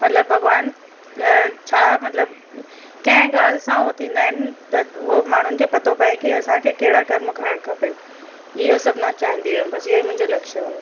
मतिलबु भॻिवान छा मतिलबु कंहिं ॻाल्हि सां उहे थींदा आहिनि त उहो माण्हुनि खे पतो पए की असांखे कहिड़ा कर्म करणु खपेनि इहो सभु मां चाहींदी हुअमि बसि इहो ई मुंहिंजो लक्ष्य हुओ